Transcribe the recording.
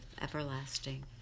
everlasting